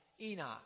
Enoch